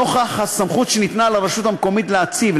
נוכח הסמכות שניתנה לרשות המקומית להציב,